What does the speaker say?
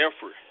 effort